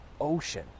ocean